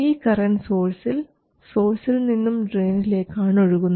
ഈ കറൻറ് സോഴ്സിൽ സോഴ്സിൽ നിന്നും ഡ്രയിനിലേക്ക് ആണ് ഒഴുകുന്നത്